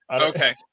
Okay